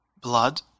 blood